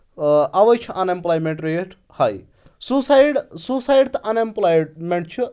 اَوَے چھُ unemployment rate ہاے سُسایڈ سُسایڈ تہٕ اَن ایمپلایمینٹ چھُ